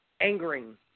angering